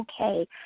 okay